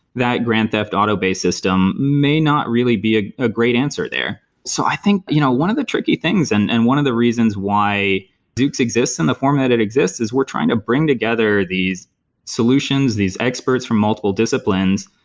that grand theft auto based system may not really be a ah great answer there so i think you know one of the tricky things and and one of the reasons why zoox exists in the form that and exists is we're trying to bring together these solutions, these experts from multiple disciplines,